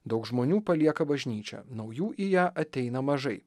daug žmonių palieka bažnyčią naujų į ją ateina mažai